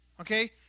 Okay